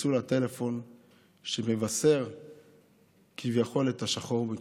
צלצול הטלפון שמבשר כביכול את השחור מכול.